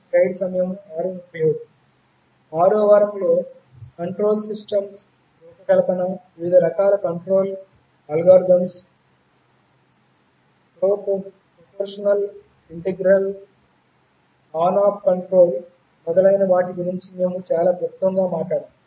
6 వ వారంలో control systems రూపకల్పన వివిధ రకాల కంట్రోల్ అల్గోరిథంలు proportional integral on off control మొదలైన వాటి గురించి మేము చాలా క్లుప్తంగా మాట్లాడాము